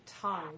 tongue